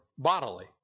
Bodily